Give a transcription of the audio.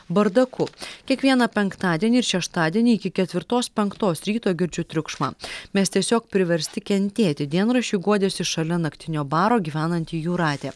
bardaku kiekvieną penktadienį ir šeštadienį iki ketvirtos penktos ryto girdžiu triukšmą mes tiesiog priversti kentėti dienraščiui guodėsi šalia naktinio baro gyvenanti jūratė